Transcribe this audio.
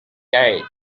carried